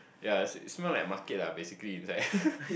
yea it's it's smell like market lah basically is like